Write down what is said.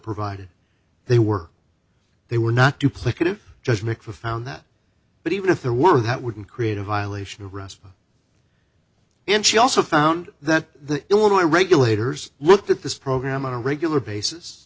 provided they were they were not duplicative judge mikva found that but even if there were that wouldn't create a violation of arrest and she also found that the illinois regulators looked at this program on a regular basis